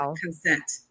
consent